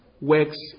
works